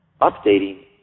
updating